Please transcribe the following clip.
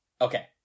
Okay